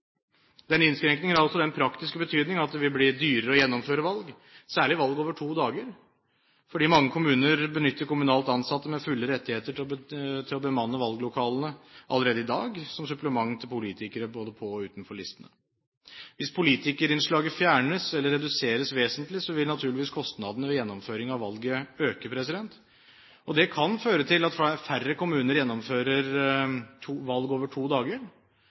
Denne innskrenkningen har også den praktiske betydningen at det vil bli dyrere å gjennomføre valg, særlig valg over to dager, fordi mange kommuner allerede i dag benytter kommunalt ansatte med fulle rettigheter til å bemanne valglokalene som supplement til politikere både på og utenfor listene. Hvis politikerinnslaget fjernes, eller reduseres vesentlig, vil naturligvis kostnadene ved gjennomføring av valget øke, og det kan føre til at færre kommuner gjennomfører valg over to dager